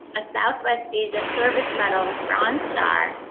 a southwest asia service medal with bronze star,